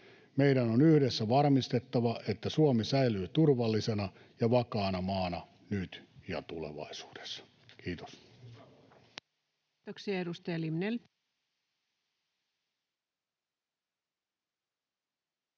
Meidän on yhdessä varmistettava, että Suomi säilyy turvallisena ja vakaana maana nyt ja tulevaisuudessa. — Kiitos. Kiitoksia.